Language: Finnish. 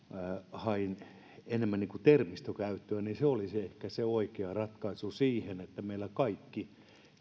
hain enemmän niin kuin terminä käyttöön se olisi ehkä oikea ratkaisu siihen että meillä kaikki